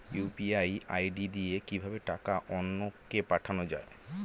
UPI ID দিয়ে কিভাবে টাকা অন্য কে পাঠানো যায়?